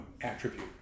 attribute